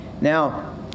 Now